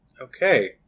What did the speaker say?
okay